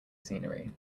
scenery